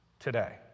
today